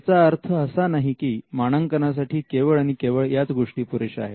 याचा अर्थ असा नाही की मानांकनासाठी केवळ आणि केवळ याच गोष्टी पुरेशा आहेत